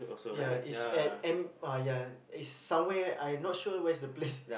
ya is at M uh ya is somewhere I not sure where's the place